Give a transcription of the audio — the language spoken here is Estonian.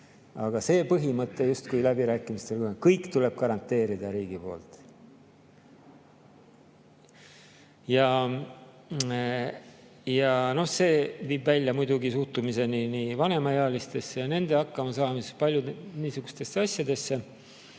Aga see põhimõte justkui läbirääkimistel ei [kehti], kõik tuleb garanteerida riigi poolt. See viib välja muidugi suhtumiseni vanemaealistesse ja nende hakkamasaamisse, paljudesse niisugustesse asjadesse.